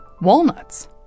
walnuts